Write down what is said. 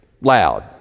loud